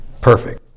Perfect